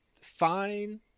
Fine